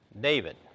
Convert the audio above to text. David